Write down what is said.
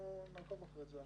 אנחנו נעקוב אחרי זה.